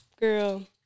Girl